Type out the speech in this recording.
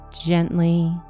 Gently